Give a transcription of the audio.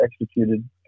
executed